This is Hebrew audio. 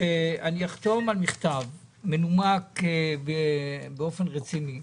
שאני אחתום על מכתב מנומק באופן רציני,